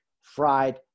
fried